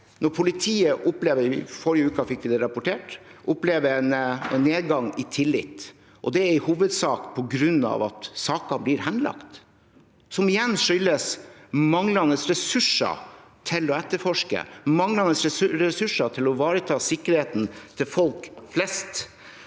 rapportert – en nedgang i tillit. Det er i hovedsak på grunn av at saker blir henlagt, som igjen skyldes manglende ressurser til å etterforske og manglende ressurser til å ivareta sikkerheten til folk flest.